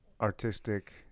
artistic